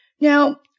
Now